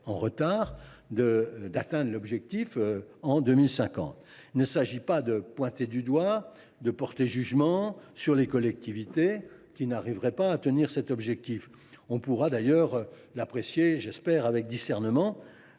en retard d’atteindre l’objectif en 2050. Il s’agit non pas de pointer du doigt ou de mettre en jugement les collectivités qui n’arriveraient pas à tenir cet objectif, qui pourra d’ailleurs s’apprécier avec discernement,